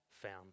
found